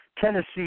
Tennessee